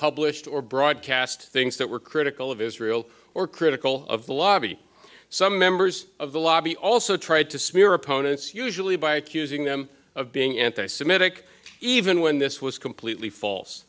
published or broadcast things that were critical of israel or critical of the lobby some members of the lobby also tried to smear opponents usually by accusing them of being anti semitic even when this was completely false